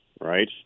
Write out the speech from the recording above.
right